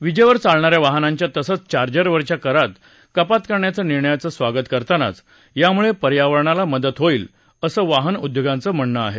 विजेवर चालणाऱ्या वाहनांच्या तसंच चार्जरवरच्या करात कपात करण्याच्या निर्णयांचं स्वागत करतानाच यामुळे पर्यावरणाला मदत होईल असं वाहन उद्योगाचं म्हणणं आहे